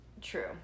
true